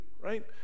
right